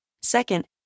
Second